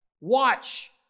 watch